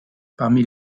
parmi